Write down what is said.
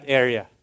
area